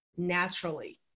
naturally